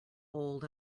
old